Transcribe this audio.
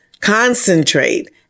concentrate